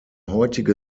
heutige